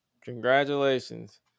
Congratulations